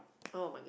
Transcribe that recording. oh my